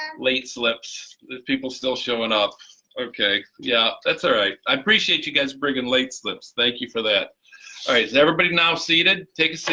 late slips people still showing up okay yeah that's all right i appreciate you guys bringing late slips thank you for that. all right is everybody now seated? take a seat,